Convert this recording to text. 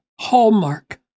hallmark